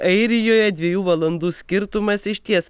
airijoje dviejų valandų skirtumas išties